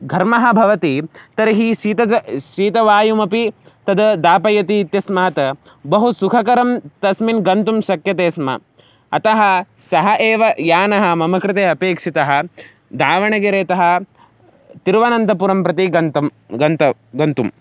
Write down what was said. घर्मः भवति तर्हि शीतं शीतवायुमपि तद्दापयति इत्यस्मात् बहु सुखकरं तस्मिन् गन्तुं शक्यते स्म अतः सः एव यानं मम कृते अपेक्षितः दावणगेरे तः तिरुवनन्तपुरं प्रति गन्तुं गन्तुं गन्तुम्